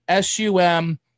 SUM